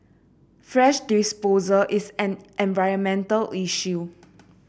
fresh disposal is an environmental issue